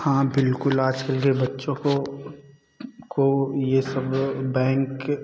हाँ बिल्कुल आजकल के बच्चों को को यह समय बैंक